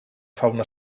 fauna